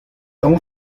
aún